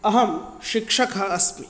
अहं शिक्षकः अस्मि